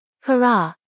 Hurrah